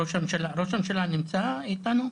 ראש הממשלה נמצא אתנו?